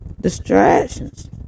Distractions